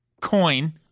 coin